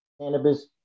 cannabis